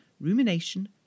rumination